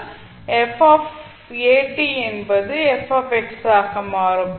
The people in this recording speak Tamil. எனவே என்பது ஆக மாறும்